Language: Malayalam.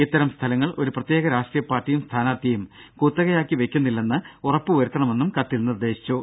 ഇത്തരം സ്ഥലങ്ങൾ ഒരു പ്രത്യേക രാഷ്ട്രീയ പാർട്ടിയും സ്ഥാനാർത്ഥിയും കുത്തകയാക്കി വെയ്ക്കുന്നില്ലെന്ന് ഉറപ്പുവരുത്തണമെന്നും കത്തിൽ നിർദ്ദേശിച്ചു